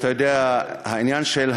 אתה יודע, העניין של ההסדרה,